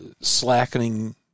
slackening